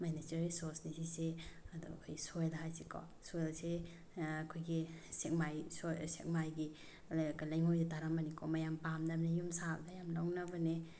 ꯃꯥꯒꯤ ꯅꯦꯆꯔꯦꯜ ꯔꯤꯁꯣꯔꯁꯅꯤ ꯁꯤꯁꯦ ꯑꯗꯣ ꯑꯩꯈꯣꯏ ꯁꯣꯏꯜꯗ ꯍꯥꯏꯁꯤꯀꯣ ꯁꯣꯏꯜꯁꯦ ꯑꯩꯈꯣꯏꯒꯤ ꯁꯦꯛꯃꯥꯏ ꯁꯦꯛꯃꯥꯏꯒꯤ ꯂꯩꯉꯣꯏꯗꯣ ꯇꯥꯔꯝꯃꯅꯤꯀꯣ ꯃꯌꯥꯝ ꯄꯥꯝꯅꯕꯅꯤ ꯌꯨꯝ ꯁꯥꯕꯗ ꯌꯥꯝ ꯂꯧꯅꯕꯅꯦ